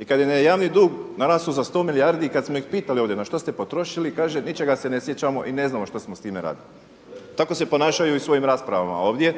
I kada je javni dug narastao za 100 milijardi i kada smo ih pitali na što ste potrošili kaže ničega se ne sjećamo i ne znamo što smo s time radili. Tako se ponašaju i u svojim raspravama ovdje